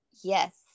yes